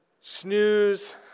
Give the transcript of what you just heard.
Snooze